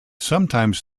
sometimes